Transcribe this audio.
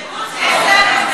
9, להסיר.